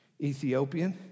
Ethiopian